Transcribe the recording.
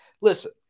Listen